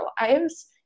lives